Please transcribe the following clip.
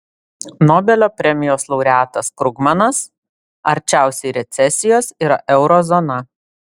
nobelio premijos laureatas krugmanas arčiausiai recesijos yra euro zona